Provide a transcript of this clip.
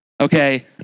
Okay